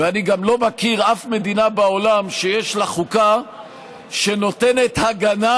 ואני גם לא מכיר אף מדינה בעולם שיש לה חוקה שנותנת הגנה